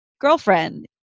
girlfriend